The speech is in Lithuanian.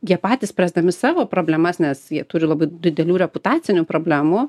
jie patys spręsdami savo problemas nes jie turi labai didelių reputacinių problemų